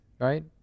right